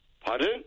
Pardon